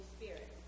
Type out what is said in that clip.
Spirit